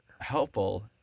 helpful